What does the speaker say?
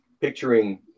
picturing